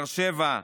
באר שבע,